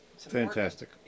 Fantastic